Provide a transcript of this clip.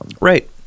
right